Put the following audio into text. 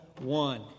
one